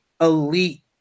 elite